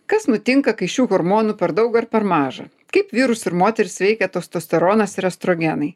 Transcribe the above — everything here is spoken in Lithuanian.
kas nutinka kai šių hormonų per daug ar per maža kaip vyrus ir moteris veikia testosteronas ir estrogenai